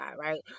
right